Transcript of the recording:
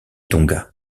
tonga